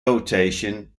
rotation